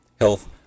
health